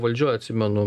valdžioj atsimenu